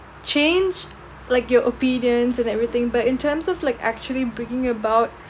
change like your opinions and everything but in terms of like actually bringing about